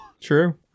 True